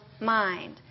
mind